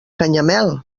canyamel